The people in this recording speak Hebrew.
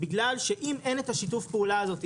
בגלל שאם אין את שיתוף הפעולה הזה,